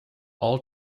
all